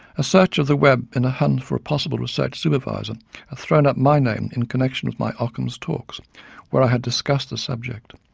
a search of the web in a hunt for a possible research supervisor had thrown up my name in connection with my ockham's talks where i had discussed the subject.